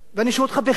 ואני שואל אותך בכנות,